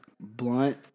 blunt